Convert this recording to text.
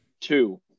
two